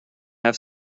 have